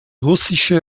russische